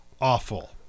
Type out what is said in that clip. awful